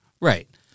Right